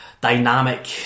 dynamic